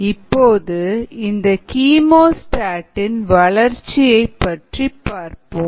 இப்போது இந்த கீமோஸ்டாட் இல் வளர்ச்சியை பற்றி பார்ப்போம்